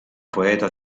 poeta